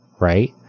right